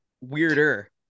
Weirder